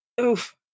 Oof